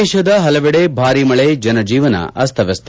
ದೇಶದ ಹಲವೆಡೆ ಭಾರೀ ಮಳೆ ಜನಜೀವನ ಅಸ್ತವ್ಯಸ್ತ